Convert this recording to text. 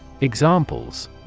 Examples